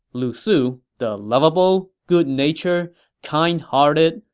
lu su, the lovable, good-natured, kind-hearted,